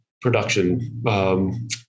production